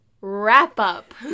wrap-up